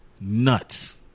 nuts